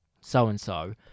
so-and-so